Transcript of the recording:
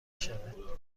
شود